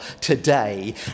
today